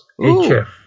HF